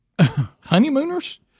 Honeymooners